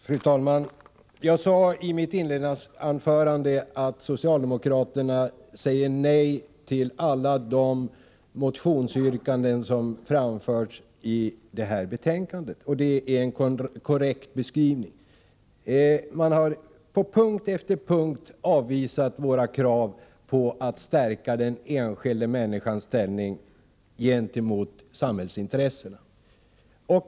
Fru talman! Jag sade i mitt inledningsanförande att socialdemokraterna säger nej till alla de motionsyrkanden som behandlas i detta betänkande, och det är en korrekt beskrivning. Socialdemokraterna har på punkt efter punkt avvisat våra krav på att stärka den enskilda människans ställning gentemot samhällsintressena.